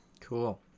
Cool